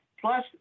plus